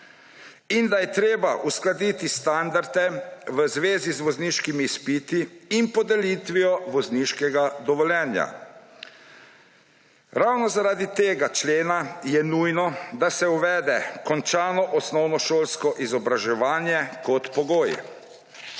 in da je treba uskladiti standarde v zvezi z vozniškimi izpiti in podelitvijo vozniškega dovoljenja. Ravno zaradi tega člena je nujno, da se uvede končano osnovnošolsko izobraževanje kot pogoj.